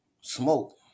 smoke